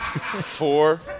four